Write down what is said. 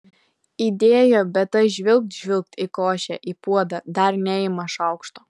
įdėjo bet tas žvilgt žvilgt į košę į puodą dar neima šaukšto